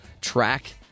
track